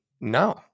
no